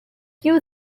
you